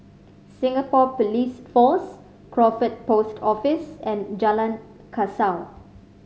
Singapore Police Force Crawford Post Office and Jalan Kasau